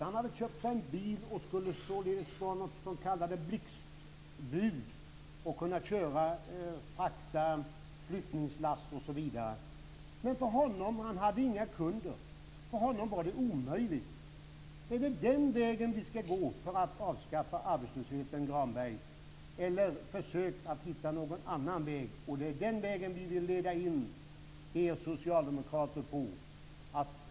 Han hade köpt sig en bil och skulle vara något som kallades blixtbud - frakta flyttlass osv. Men han hade inga kunder. För honom var det omöjligt. Det är väl den vägen vi skall gå för att avskaffa arbetslösheten, Granberg. Försök annars hitta någon annan väg! Det här är den väg vi vill leda in er socialdemokrater på.